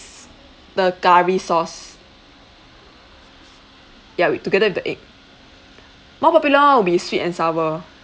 the curry sauce ya with together with the egg more popular one would be sweet and sour